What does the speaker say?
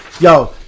Yo